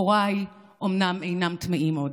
הוריי אומנם אינם טמאים עוד,